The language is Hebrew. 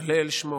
הלל שמו,